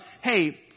hey